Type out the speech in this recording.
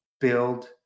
build